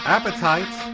Appetite